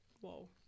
Whoa